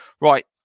Right